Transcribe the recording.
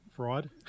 Fraud